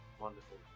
wonderful